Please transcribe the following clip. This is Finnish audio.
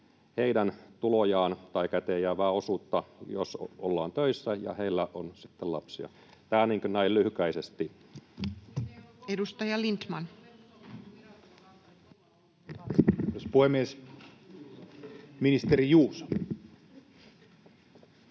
heidän tulojaan tai käteenjäävää osuutta, jos ollaan töissä ja heillä on lapsia. Tämä näin lyhykäisesti. [Krista Kiurun välihuuto]